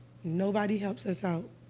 nobody helps us out.